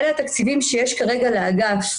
אלה התקציבים שיש כרגע לאגף,